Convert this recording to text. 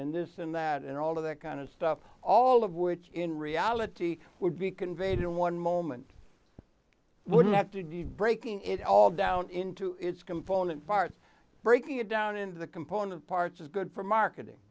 and this and that and all of that kind of stuff all of which in reality would be conveyed in one moment wouldn't have to be breaking it all down into its component parts breaking it down into the component parts is good for marketing